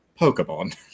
Pokemon